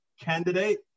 candidate